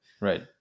right